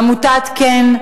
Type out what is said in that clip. עמותת כ"ן,